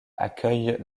accueille